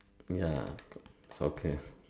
ya okay